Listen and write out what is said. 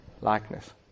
likeness